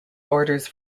orders